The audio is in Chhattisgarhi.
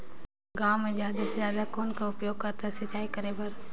गांव म जादा से जादा कौन कर उपयोग करथे सिंचाई करे बर?